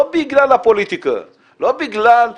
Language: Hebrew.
לא בגלל הפוליטיקה, לא בגלל משחק,